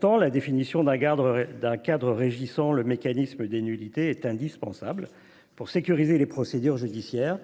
car la définition d’un cadre régissant le mécanisme des nullités est indispensable pour sécuriser les procédures judiciaires